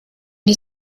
die